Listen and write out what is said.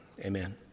Amen